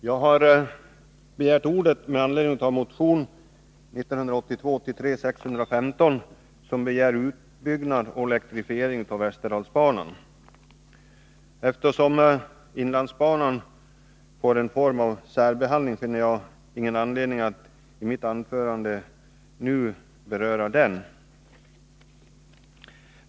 Herr talman! Jag har begärt ordet med anledning av motion 1982/83:615 med krav på utbyggnad och elektrifiering av västerdalsbanan — eftersom inlandsbanan särbehandlats finner jag ingen anledning att nu beröra den.